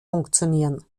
funktionieren